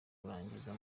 kaminuza